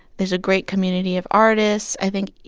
there's a great community of artists. i think,